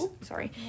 sorry